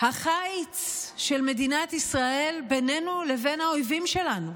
החיץ של מדינת ישראל, בינינו לבין האויבים שלנו.